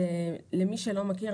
למי שלא מכיר,